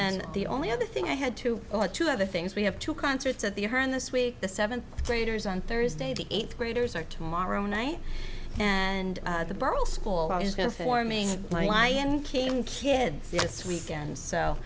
then the only other thing i had to go to other things we have two concerts at the hern this week the seventh graders on thursday the eighth graders are tomorrow night and the burl school i was going for me lion king kids this weekend so